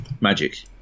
Magic